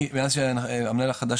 מאז שהמנהל החדש,